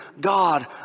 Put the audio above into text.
God